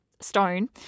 stone